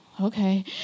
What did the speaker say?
okay